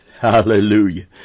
Hallelujah